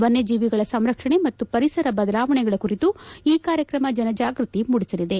ವನ್ನಜೀವಿಗಳ ಸಂರಕ್ಷಣೆ ಮತ್ತು ಪರಿಸರ ಬದಲಾವಣೆಗಳ ಕುರಿತು ಈ ಕಾರ್ಯಕ್ರಮ ಜನಜಾಗೃತಿ ಮೂಡಿಸಲಿದೆ